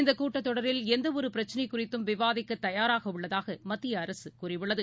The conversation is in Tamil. இந்தகூட்டத் தொடரில் எந்தவொருபிரச்சினைக் குறித்தும் விவாதிக்கதயாராகஉள்ளதாகமத்தியஅரசுகூறியுள்ளது